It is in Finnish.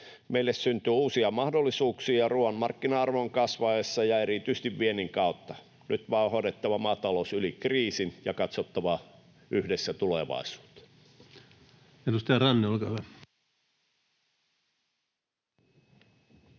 Meille syntyy uusia mahdollisuuksia ruuan markkina-arvon kasvaessa ja erityisesti viennin kautta. Nyt vain on hoidettava maatalous yli kriisin ja katsottava yhdessä tulevaisuuteen. Edustaja Ranne, olkaa hyvä.